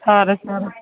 ꯁꯥꯔꯦ ꯁꯥꯔꯦ